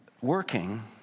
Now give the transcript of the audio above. working